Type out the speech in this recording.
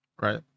Right